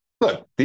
Look